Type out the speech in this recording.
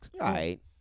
Right